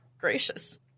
Gracious